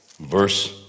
verse